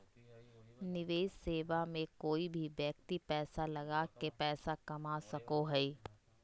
निवेश सेवा मे कोय भी व्यक्ति पैसा लगा के पैसा कमा सको हय